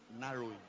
Narrowing